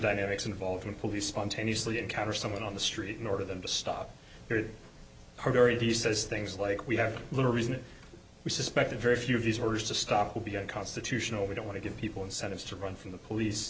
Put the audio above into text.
dynamics involved in police spontaneously encounter someone on the street in order them to stop her very he says things like we have little reason to suspect a very few of these orders to stop will be unconstitutional we don't want to give people incentives to run from the police